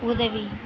உதவி